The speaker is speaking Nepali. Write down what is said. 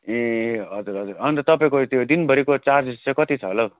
ए हजुर हजुर अन्त तपाईँको त्यो दिनभरिको चार्जेस चाहिँ कति छ होला हौ